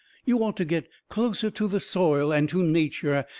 you ought to get closer to the soil and to nature,